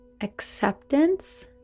acceptance